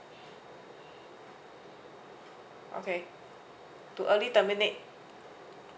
okay to early terminate